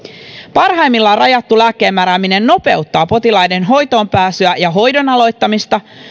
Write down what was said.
parhaimmillaan rajattu lääkkeenmäärääminen nopeuttaa potilaiden hoitoonpääsyä ja hoidon aloittamista